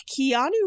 keanu